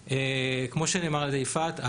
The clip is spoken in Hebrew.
כמו שנאמר על ידי יפעת,